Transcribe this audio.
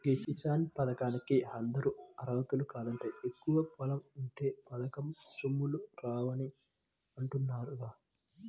కిసాన్ పథకానికి అందరూ అర్హులు కాదంట, ఎక్కువ పొలం ఉంటే పథకం సొమ్ములు రావని అంటున్నారుగా